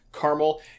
caramel